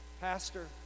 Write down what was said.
Pastor